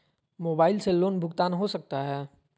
Mobile से loan भुगतान हो सकता है?